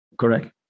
correct